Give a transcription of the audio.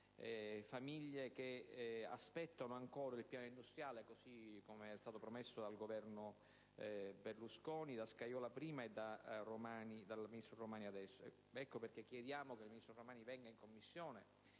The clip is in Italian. famiglie, che aspettano ancora il piano industriale, così come è stato promesso dal Governo Berlusconi, da Scajola prima e dal ministro Romani adesso. Ecco perché chiediamo che il ministro Romani venga a relazionare